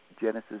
Genesis